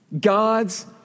God's